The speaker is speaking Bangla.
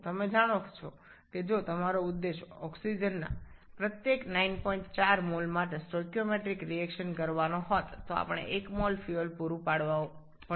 আপনি জানেন যে যদি আপনার উদ্দেশ্যটি স্টিচাইওমেট্রিক প্রক্রিয়া হয় তবে প্রতি ৯৪ মোল অক্সিজেনের জন্য আমাদের ১ মোল করে বায়ু সরবরাহ করতে হবে